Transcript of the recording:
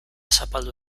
zapaldu